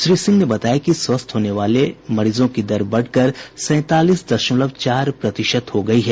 श्री सिंह ने बताया कि स्वस्थ होने वालों मरीजों की दर बढ़कर सैंतालीस दशमलव चार प्रतिशत हो गयी है